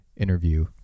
interview